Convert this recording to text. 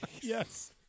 Yes